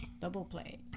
Double-play